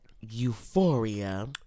Euphoria